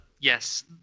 Yes